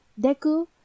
Deku